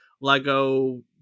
Lego